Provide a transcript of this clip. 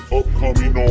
upcoming